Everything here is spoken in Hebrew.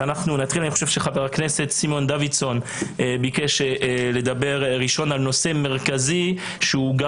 חבר הכנסת סימון דוידסון ביקש לדבר ראשון על נושא מרכזי שהוא גם